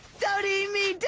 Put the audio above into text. don't eat me,